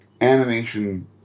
animation